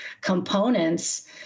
components